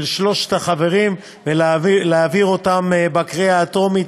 שלושת החברים ולהעביר אותן בקריאה הטרומית,